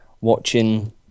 watching